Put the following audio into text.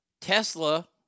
Tesla